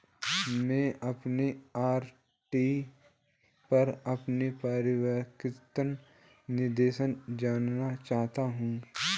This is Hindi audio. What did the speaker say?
मैं अपनी आर.डी पर अपना परिपक्वता निर्देश जानना चाहता हूँ